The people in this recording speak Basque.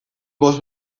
bost